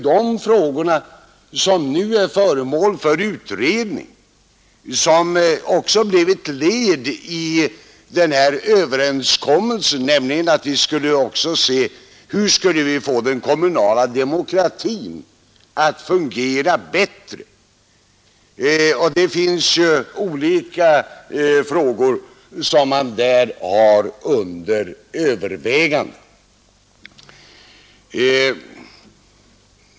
Såsom en följd av den träffade överenskommelsen är frågan, hur vi skall kunna få den kommunala demokratin att fungera bättre, föremål för utredning. Det finns olika problem som man där har under övervägande.